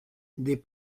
des